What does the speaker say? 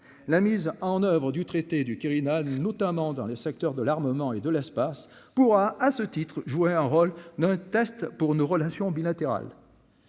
la mise. Ah en Oeuvres du traité du Quirinal, notamment dans le secteur de l'armement et de l'espace pour, à ce titre, jouer un rôle d'un test pour nos relations bilatérales,